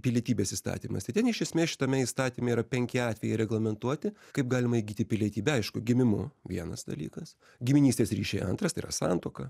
pilietybės įstatymas tai ten iš esmės šitame įstatyme yra penki atvejai reglamentuoti kaip galima įgyti pilietybę aišku gimimu vienas dalykas giminystės ryšiai antras tai yra santuoka